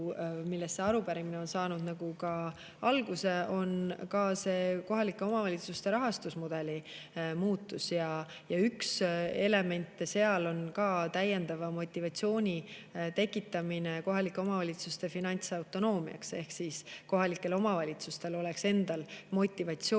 millest see arupärimine on saanud alguse, kohalike omavalitsuste rahastusmudeli muutus. Üks elemente seal on täiendava motivatsiooni tekitamine kohalike omavalitsuste finantsautonoomiaks, et kohalikel omavalitsustel oleks endal motivatsiooni